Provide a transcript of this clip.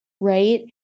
right